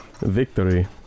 Victory